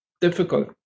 difficult